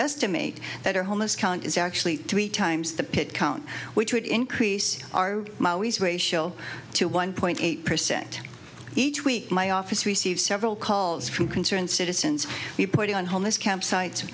estimate that are homeless count is actually three times the pitch count which would increase our my always ratio to one point eight percent each week my office received several calls from concerned citizens reporting on homeless campsites